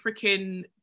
freaking